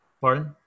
pardon